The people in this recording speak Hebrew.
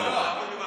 אני רוצה לדבר.